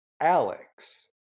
Alex